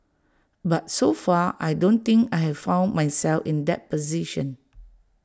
but so far I don't think I've found myself in that position